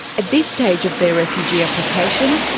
at this stage of their refugee application,